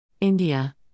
India